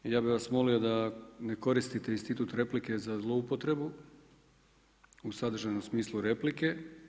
Ja bih vas molio da ne koristite institut replike za zloupotrebu u sadržajnom smislu replike.